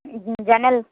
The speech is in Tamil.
இது ஜன்னல்